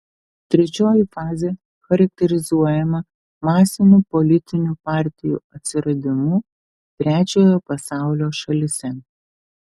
trečioji fazė charakterizuojama masinių politinių partijų atsiradimu trečiojo pasaulio šalyse